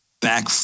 back